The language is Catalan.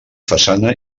façana